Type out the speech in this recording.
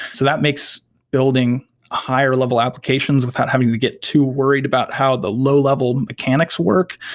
so that makes building higher-level applications without having to get too worried about how the low-level mechanics work.